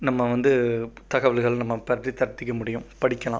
நம்ம வந்து தகவல்கள் நம்ம பெரட்டி தெரட்டிக்க முடியும் படிக்கலாம்